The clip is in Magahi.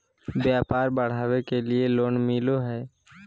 व्यापार बढ़ावे के लिए लोन मिलो है?